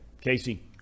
Casey